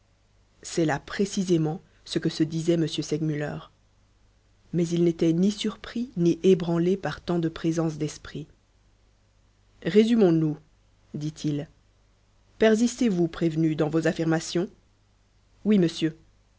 c'est là précisément ce que se disait m segmuller mais il n'était ni surpris ni ébranlé par tant de présence d'esprit résumons nous dit-il persistez vous prévenu dans vos affirmations oui monsieur